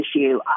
issue